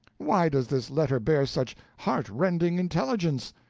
why does this letter bear such heart-rending intelligence?